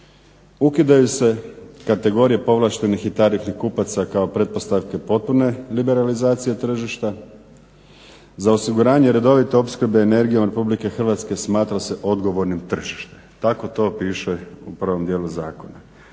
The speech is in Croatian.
Ukidaju se kategorije povlaštenih i tarifnih kupaca kao pretpostavke potpune liberalizacije tržišta, za osiguranje redovite opskrbe energijom Republike Hrvatske smatra se odgovornim tržište, tako to piše u prvom dijelu zakona.